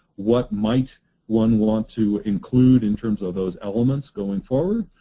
what might one want to include in terms of those elements going forward,